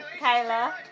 Kayla